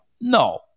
no